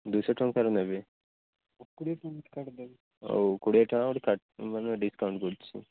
ଦୁଇଶହ ଟଙ୍କାର ନେବି ଆଉ କୋଡ଼ିଏ ଟଙ୍କା ଗୋଟେ ମାନେ ଡିସକାଉଣ୍ଟ କରୁଛି